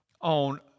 on